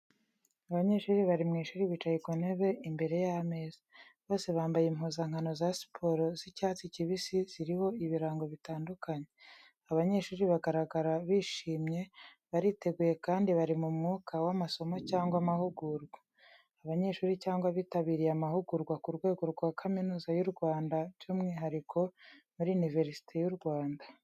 Abanyeshuri bari mu ishuri bicaye ku ntebe imbere y’ameza. Bose bambaye impuzankano za polo z’icyatsi kibisi ziriho ibirango bitandukanye. Abanyeshuri bagaragara bishimye, bariteguye kandi bari mu mwuka w’amasomo cyangwa amahugurwa. Abanyeshuri cyangwa abitabiriye amahugurwa ku rwego rwa kaminuza mu Rwanda by’umwihariko muri Univerisite y'u Rwanda.